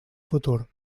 futur